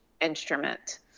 instrument